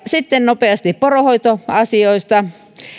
sitten nopeasti poronhoitoasioista